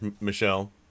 michelle